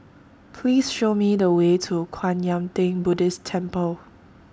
Please Show Me The Way to Kwan Yam Theng Buddhist Temple